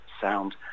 sound